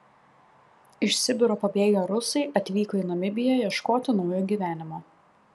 iš sibiro pabėgę rusai atvyko į namibiją ieškoti naujo gyvenimo